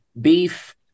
beef